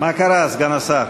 מה קרה, סגן השר?